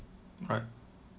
right